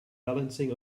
balancing